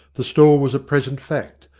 the stall was a present fact,